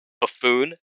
buffoon